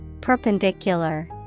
Perpendicular